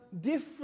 different